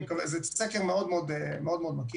זה סקר מאוד מאוד מקיף.